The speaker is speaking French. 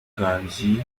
grandi